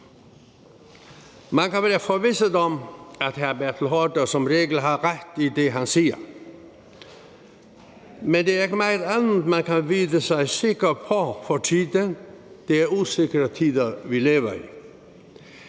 Man kan være forvisset om, at hr. Bertel Haarder som regel har ret i det, han siger. Men der er ikke meget andet, man kan vide sig sikker på for tiden; det er usikre tider, vi lever i.